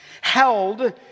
held